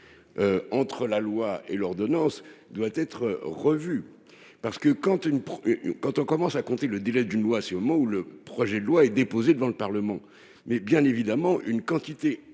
entre la loi et l'ordonnance doit être revu, parce que quand une quand on commence à compter le délai d'une loi si au moment où le projet de loi est déposée devant le Parlement, mais bien évidemment une quantité